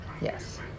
Yes